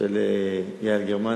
של יעל גרמן.